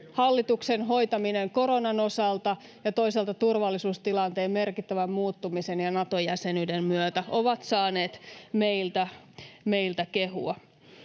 hallituksen hoitaminen koronan osalta ja toisaalta turvallisuustilanteen merkittävä muuttuminen Nato-jäsenyyden myötä ovat saaneet meiltä kehua.